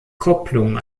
kopplung